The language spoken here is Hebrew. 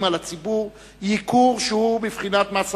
על הציבור ייקור שהוא בבחינת מס אחיד,